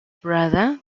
brother